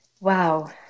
wow